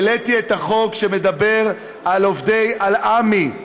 העליתי את החוק שמדבר על עמ"י,